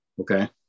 Okay